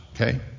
Okay